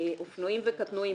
אופנועים וקטנועים,